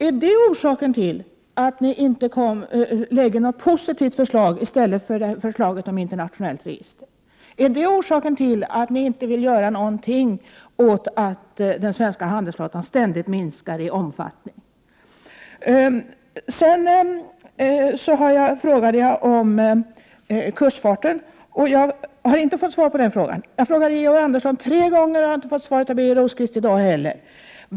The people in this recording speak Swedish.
Är det orsaken till att ni inte lägger fram något positivt förslag i stället för förslaget om ett internationellt register? Är det orsaken till att ni inte vill göra någonting åt att den svenska handelsflottan ständigt minskar i omfattning? Jag frågade om kustfarten — den frågan fick jag inte svar på. Jag har frågat Georg Andersson tre gånger, och jag får inte heller svar av Birger Rosqvist.